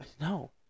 no